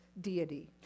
deity